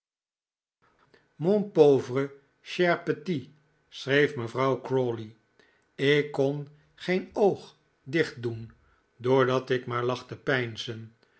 mon pauvre cher petit schreef mevrouw crawley ik kon geen oog dichtdoen doordat ik maar lag te